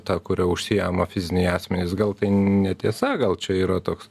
ta kuria užsiima fiziniai asmenys gal tai netiesa gal čia yra toks